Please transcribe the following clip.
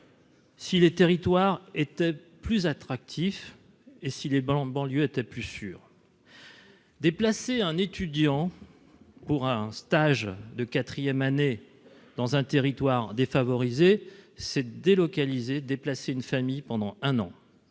Si les territoires était plus attractif et si les banlieue était plus sûr. Un étudiant pour un stage de quatrième année dans un territoire défavorisé c'est délocalisé déplacer une famille pendant un an,